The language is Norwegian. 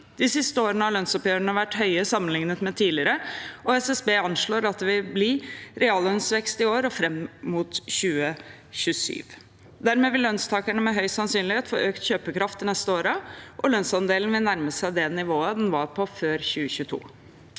mer av verdiene de skaper gjørene vært høye sammenlignet med tidligere, og SSB anslår at det vil bli reallønnsvekst i år og fram mot 2027. Dermed vil lønnstakerne med høy sannsynlighet få økt kjøpekraft de neste årene, og lønnsandelen vil nærme seg det nivået den var på før 2022.